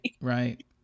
right